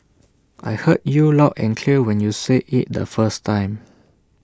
I heard you loud and clear when you said IT the first time